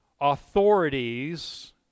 authorities